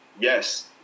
Yes